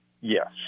Yes